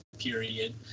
period